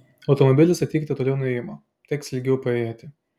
automobilį statykite toliau nuo įėjimo teks ilgiau paėjėti